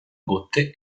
botte